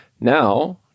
Now